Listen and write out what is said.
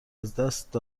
ازدست